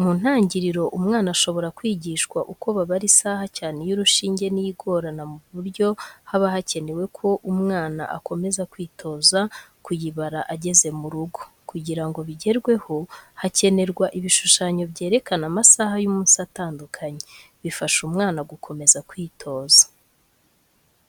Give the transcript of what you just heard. Mu ntangiriro umwana ashobora kwigishwa uko babara isaha cyane iy'urushinge ni yo igorana ku buryo haba hakenewe ko umwana akomeza kwitoza kuyibara ageze mu rugo. Kugira ngo bigerweho hakenerwa ibishushanyo byerekana amasaha y'umunsi atandukanye, bifasha umwana gukomeza kwitoza.